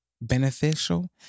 beneficial